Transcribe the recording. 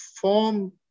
form